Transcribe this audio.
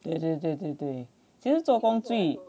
对对对对对其实做工最